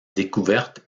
découverte